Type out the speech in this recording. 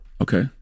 Okay